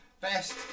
Best